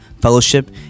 fellowship